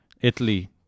Italy